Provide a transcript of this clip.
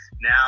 Now